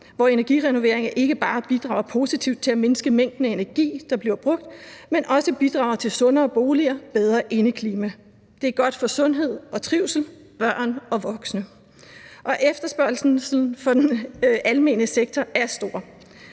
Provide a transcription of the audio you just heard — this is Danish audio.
hvor energirenoveringer ikke bare bidrager positivt til at mindske mængden af energi, der bliver brugt, men også bidrager til sundere boliger og bedre indeklima. Det er godt for sundhed og trivsel, børn og voksne, og efterspørgslen fra den almene sektor er stor.